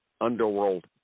underworld